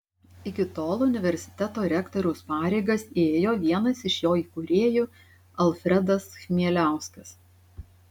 iki tol universiteto rektoriaus pareigas ėjo vienas iš jo įkūrėjų alfredas chmieliauskas